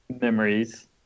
memories